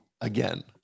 again